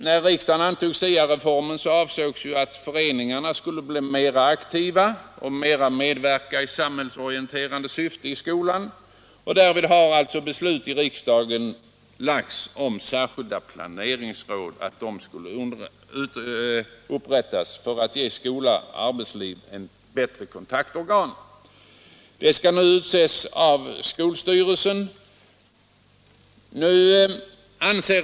När riksdagen antog SIA-reformen avsågs att föreningarna skulle bli mera aktiva och medverka i samhällsorienterande syfte i skolan. Därför lades förslag om särskilda planeringsråd som skulle upprättas för att ge skola och arbetsliv bättre kontaktorgan. Dessa skall nu utses av skolstyrelsen.